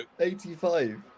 85